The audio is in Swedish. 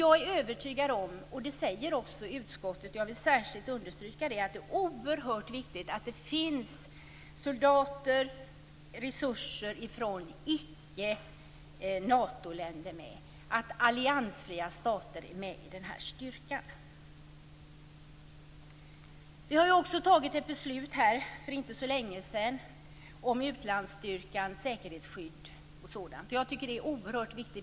Jag är övertygad om - och det säger också utskottet - att det är oerhört viktigt att det finns med soldater och resurser från icke Natoländer, att alliansfria stater är med i styrkan. Vi har också för inte så länge sedan fattat ett beslut om utlandsstyrkans säkerhetsskydd. Jag tycker att det är oerhört viktigt.